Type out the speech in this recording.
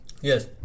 Yes